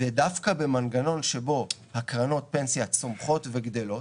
ודווקא במנגנון שבו קרנות הפנסיה צומחות וגדלו,